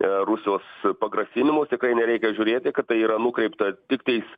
rusijos pagrasinimus tikrai nereikia žiūrėti kad tai yra nukreipta tiktais